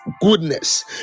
goodness